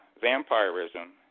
vampirism